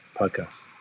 podcast